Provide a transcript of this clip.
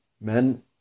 Men